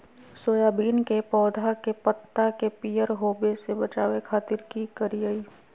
Soybean के पौधा के पत्ता के पियर होबे से बचावे खातिर की करिअई?